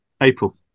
april